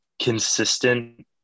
consistent